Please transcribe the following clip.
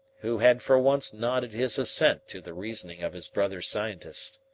who had for once nodded his assent to the reasoning of his brother scientist.